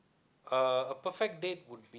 uh a perfect date would be